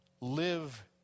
live